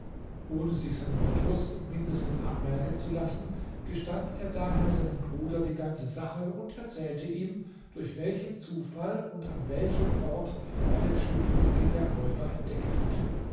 ohne sich seinen verdruß im mindestens anmerken zu lassen gestand er daher seinem bruder die ganze sache und erzählte ihm durch welchen zufall und an welchem ort er den schlupfwinkel der räuber entdeckt hatte